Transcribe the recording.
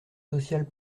sociales